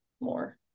more